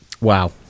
Wow